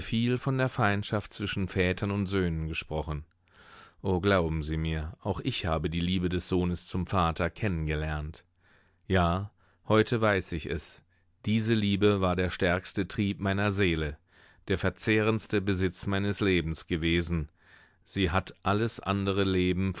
von der feindschaft zwischen vätern und söhnen gesprochen o glauben sie mir auch ich habe die liebe des sohnes zum vater kennen gelernt ja heute weiß ich es diese liebe war der stärkste trieb meiner seele der verzehrendste besitz meines lebens gewesen sie hat alles andere leben